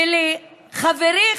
ולחברי,